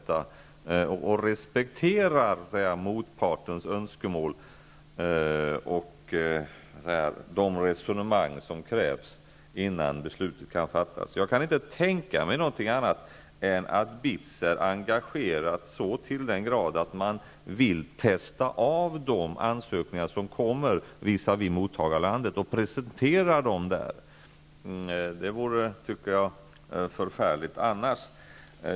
Man bör respektera motpartens önskemål och de resonemang som krävs innan beslutet kan fattas. Jag kan inte tänka mig något annat än att BITS är engagerat så till den grad att man vill testa ansökningar visavi mottagarlandet och presentera dem där. Det vore förfärligt annars.